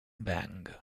bang